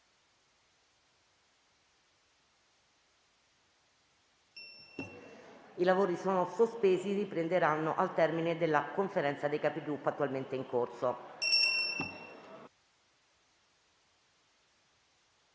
i lavori riprenderanno al termine della Conferenza dei Capigruppo attualmente in corso.